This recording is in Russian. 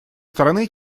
стороны